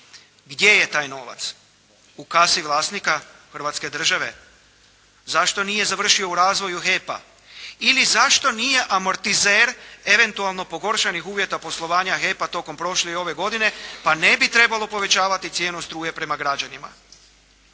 Gdje je taj novac? U kasi vlasnika Hrvatske države. Zašto nije završio u razvoju HEP-a ili zašto nije amortizer, eventualno pogoršanih uvjeta poslovanja HEP-a tokom prošle i ove godine, pa ne bi trebalo povećavati cijenu struje prema građanima.